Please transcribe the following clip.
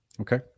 okay